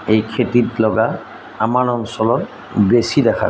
এই খেতিত লগা আমাৰ অঞ্চলত বেছি দেখা